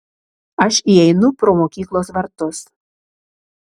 aš įeinu pro mokyklos vartus